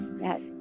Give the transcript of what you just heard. yes